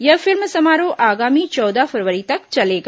यह फिल्म समारोह आगामी चौदह फरवरी तक चलेगा